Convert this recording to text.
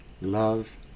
love